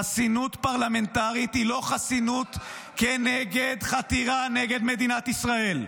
חסינות פרלמנטרית היא לא חסינות כנגד חתירה נגד מדינת ישראל.